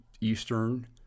Eastern